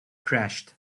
crashed